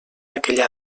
aquella